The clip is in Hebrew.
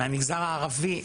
מהמגזר הערבי.